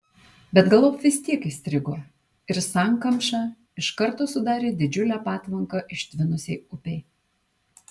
bet galop vis tiek įstrigo ir sankamša iš karto sudarė didžiulę patvanką ištvinusiai upei